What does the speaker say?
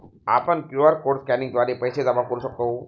आपण QR code स्कॅनिंगद्वारे पैसे जमा करू शकतो